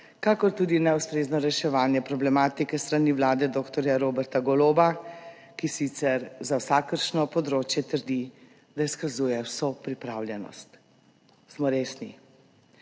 kakor tudi neustrezno reševanje problematike s strani vlade dr. Roberta Goloba, ki sicer za vsakršno področje trdi, da izkazuje vso pripravljenost. Smo resni?